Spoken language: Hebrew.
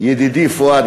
ידידי פואד,